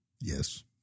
Yes